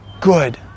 good